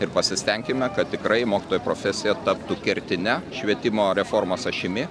ir pasistenkime kad tikrai mokytojo profesija taptų kertine švietimo reformos ašimi